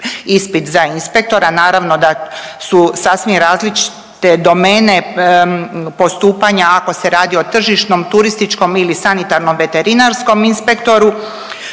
ispit za inspektora. Naravno da su sasvim različite domene postupanja ako se radi o tržišnom, turističkom ili sanitarnom, veterinarskom inspektoru.